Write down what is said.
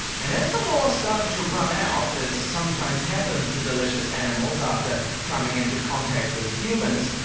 and as the moa started to run out, as sometimes happens to delicious animals after coming into contact with humans,